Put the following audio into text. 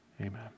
Amen